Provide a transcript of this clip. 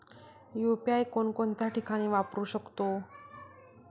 UPI कोणकोणत्या ठिकाणी वापरू शकतो?